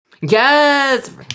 Yes